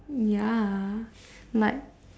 ya like